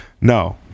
No